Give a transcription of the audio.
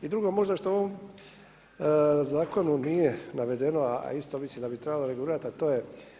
I drugo možda što u ovom zakonu nije navedeno, a isto mislim da bi trebalo regulirati a to je.